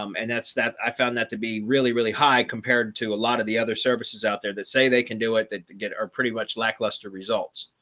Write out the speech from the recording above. um and that's that, i found that to be really, really high compared to a lot of the other services out there that say they can do it that get are pretty much lackluster results.